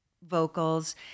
vocals